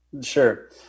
Sure